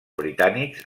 britànics